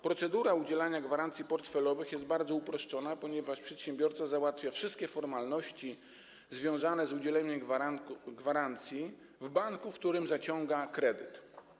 Procedura udzielania gwarancji portfelowych jest bardzo uproszczona, ponieważ przedsiębiorca załatwia wszystkie formalności związane z uzyskaniem gwarancji w banku, w którym zaciąga kredyt.